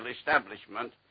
establishment